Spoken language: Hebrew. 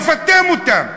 נפטם אותם.